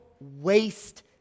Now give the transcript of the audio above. waste